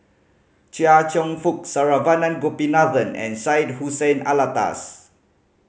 Chia Cheong Fook Saravanan Gopinathan and Syed Hussein Alatas